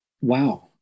Wow